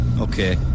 Okay